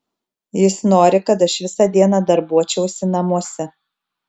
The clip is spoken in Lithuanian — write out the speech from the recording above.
jis nori kad aš visą dieną darbuočiausi namuose